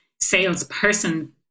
salesperson